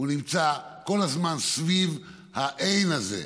הוא נמצא כל הזמן סביב האין הזה,